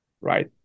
Right